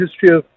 history